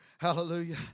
Hallelujah